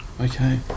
Okay